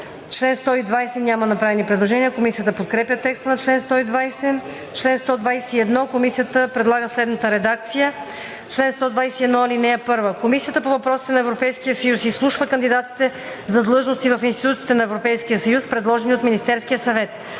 чл. 120 няма направени предложения. Комисията подкрепя текста на чл. 120. Комисията подкрепя по принцип текста и предлага следната редакция на чл. 121: „Чл. 121. (1) Комисията по въпросите на Европейския съюз изслушва кандидатите за длъжности в институциите на Европейския съюз, предложени от Министерския съвет.